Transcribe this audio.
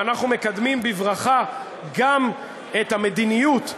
ואנחנו מקדמים בברכה גם את המדיניות החדשה,